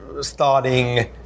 starting